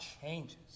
changes